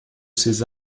ses